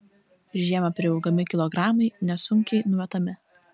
žiemą priaugami kilogramai nesunkiai numetami